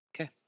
Okay